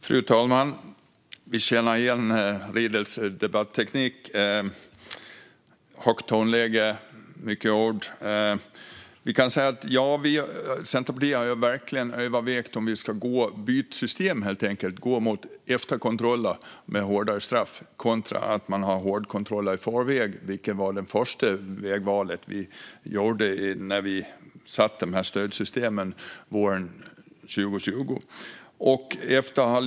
Fru talman! Vi känner igen Riedls debatteknik med högt tonläge och många ord. Centerpartiet har verkligen övervägt om vi ska byta system till efterkontroller med hårdare straff i stället för att i förväg ha hårda kontroller, vilket var det första vägval vi gjorde när stödsystemen sattes på plats våren 2020.